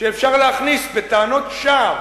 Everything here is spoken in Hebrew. שאפשר להכניס כאן בטענות שווא